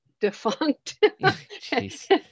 defunct